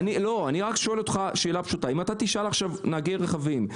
אני שואל אותך שאלה פשוטה: אם אתה תשאל עכשיו נהגי רכבים,